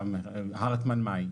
"הרטמן מי",